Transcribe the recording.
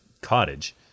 cottage